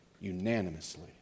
unanimously